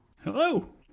Hello